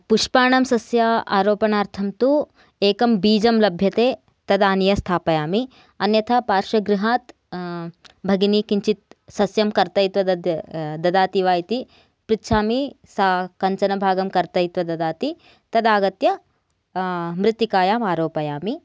पुष्पाणां सस्य आरोपणार्थं तु एकं बीजं लभ्यते तदानीय स्थापयामि अन्यथा पार्श्वगृहात् भगिनी किञ्चित् सस्यं कर्तयित्वा दद् ददाति वा इति पृच्छामि सा कञ्चन भागं कर्तयित्वा ददाति तदागत्य मृतिकायां आरोपयामि